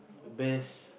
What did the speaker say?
a best